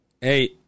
hey